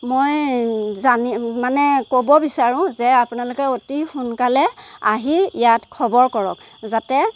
মই জানি মানে ক'ব বিচাৰো যে আপোনালোকে অতি সোনকালে আহি ইয়াত খবৰ কৰক যাতে